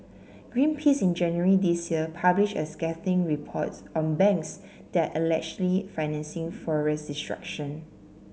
Greenpeace in January this year published a scathing report on banks that are allegedly financing forest destruction